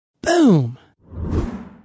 Boom